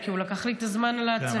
אבל אם אתה צועק, אתה צריך לתת לי זמן, כן?